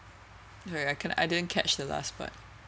sorry I cannot I didn't catch the last part